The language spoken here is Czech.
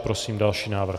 Prosím další návrh.